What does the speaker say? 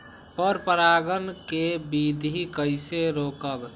पर परागण केबिधी कईसे रोकब?